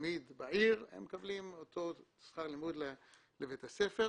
תלמיד בעיר הם מקבלים את אותו שכר הלימוד לבית הספר.